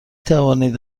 توانید